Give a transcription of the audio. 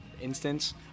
instance